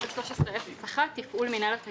121301 לתפעול מנהלת הגמלאות.